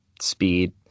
speed